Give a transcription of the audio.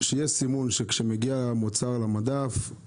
שיהיה סימון, שכשמגיע מוצר למדף, בחקלאות,